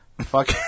Fuck